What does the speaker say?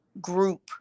group